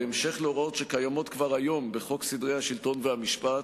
בהמשך להוראות שקיימות כבר היום בחוק סדרי השלטון והמשפט,